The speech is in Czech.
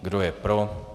Kdo je pro?